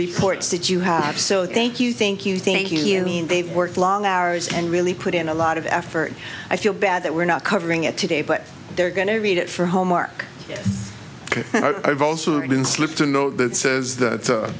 reports that you have so thank you thank you thank you you mean they've worked long hours and really put in a lot of effort i feel bad that we're not covering it today but they're going to read it for homework and i've also been slipped a note that says